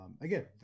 again